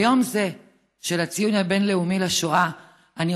ביום זה לציון היום הבין-לאומי לשואה אני